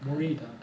மொழிடா:molidaa